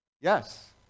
Yes